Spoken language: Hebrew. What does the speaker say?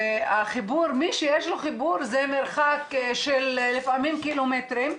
מי שיש לו חיבור זה מרחק של לפעמים קילומטרים,